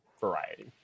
variety